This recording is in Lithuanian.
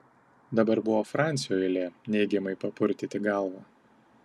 dabar buvo francio eilė neigiamai papurtyti galvą